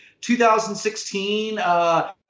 2016